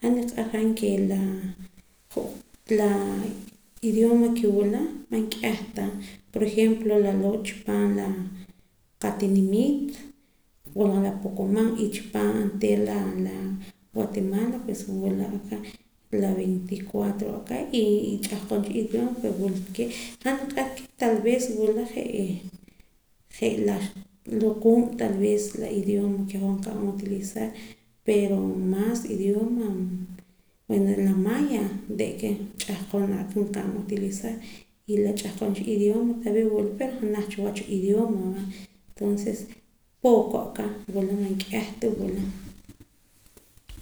han ke la iidoma ke wula man k'ieh ta por ejemplo chi paam la qatinimiit wula la poqomam y chipaam onteera la guatemala pues wula la veinticuatro aka y ch'ahqon cha idioma pero wilkee' han niq'ar ke wula je' talvez je' luquub' talvez la idioma ke hoj nqa'an utulizar pero mas idioma bueno la maya ch'ahqon aka nqa'an utilizar y la ch'ahqon cha idioma talvez wula pero janaj cha wach idioma verda entonces poco aka wula man k'ieh ta wula